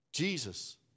Jesus